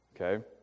okay